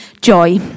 joy